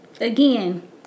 Again